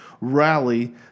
rally